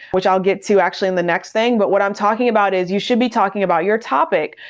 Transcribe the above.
which i'll get to actually in the next thing, but what i'm talking about is you should be talking about your topic.